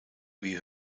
wie